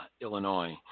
Illinois